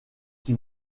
qui